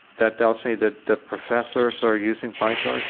that tells me that the professors are using pytorch,